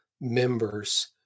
members